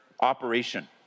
operation